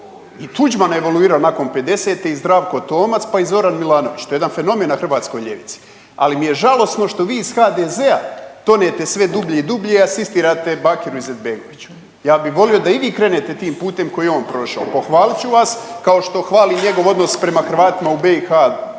i Tuđman evoluirao nakon 50 i Zdravko Tomac pa i Zoran Milanović, to je jedan fenomen na hrvatskoj ljevici. Ali mi je žalosno što vi iz HDZ-a tonete sve dublje i dublje, asistirate Bakiru Izetbegoviću. Ja bih volio da i vi krenete tim putem koji je on prošao. Pohvalit ću vas kao što hvalim njegov odnos prema Hrvatima u BiH